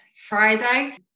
Friday